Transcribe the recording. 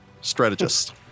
Strategist